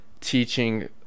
teaching